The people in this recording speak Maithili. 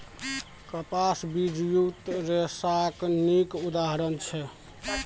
कपास बीजयुक्त रेशाक नीक उदाहरण छै